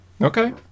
okay